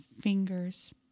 fingers